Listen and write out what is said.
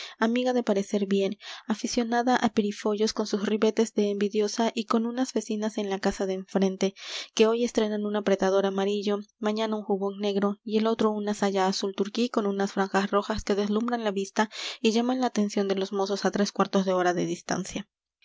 amiga de parecer bien aficionada á perifollos con sus ribetes de envidiosa y con unas vecinas en la casa de enfrente que hoy estrenan un apretador amarillo mañana un jubón negro y el otro una saya azul turquí con unas franjas rojas que deslumbran la vista y llaman la atención de los mozos á tres cuartos de hora de distancia